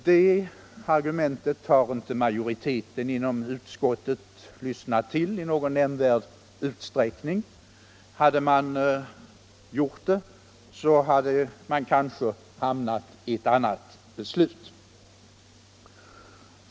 Det argumentet har inte majoriteten inom utskottet lyssnat till i någon nämnvärd utsträckning. Hade den gjort det, så hade den kanske hamnat i ett annat beslut.